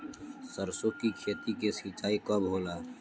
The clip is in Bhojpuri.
सरसों की खेती के सिंचाई कब होला?